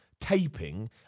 taping